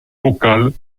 locale